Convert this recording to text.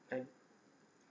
I'm